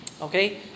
Okay